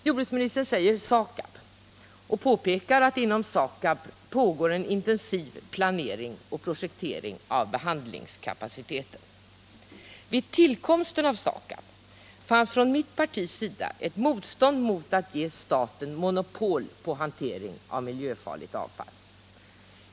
Jordbruksministern hänvisar till SAKAB och påpekar att inom SAKAB pågår en intensiv planering och projektering av behandlingskapaciteten. Vid tillkomsten av SAKAB fanns från mitt partis sida ett motstånd mot att ge staten monopol på hanteringen av miljöfarligt avfall.